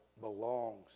belongs